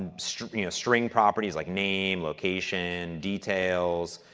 string string properties like name, location, details,